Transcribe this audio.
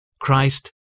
Christ